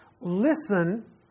Listen